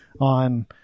on